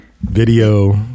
video